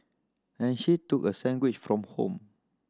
and she took a sandwich from home